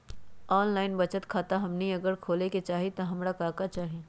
Online बचत खाता हमनी अगर खोले के चाहि त हमरा का का चाहि?